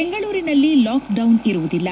ಬೆಂಗಳೂರಿನಲ್ಲಿ ಲಾಕ್ಡೌನ್ ಇರುವುದಿಲ್ಲ